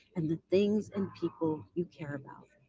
and the things and people you care about.